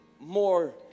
more